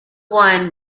wine